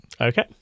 Okay